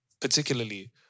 particularly